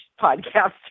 podcast